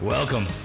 Welcome